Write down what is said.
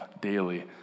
daily